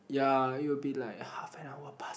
ya it will be like half an hour plus